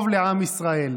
טוב לעם ישראל.